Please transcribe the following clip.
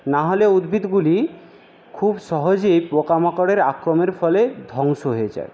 নাহলে উদ্ভিদগুলি খুব সহজেই পোকামাকড়ের আক্রমের ফলেই ধ্বংস হয়ে যায়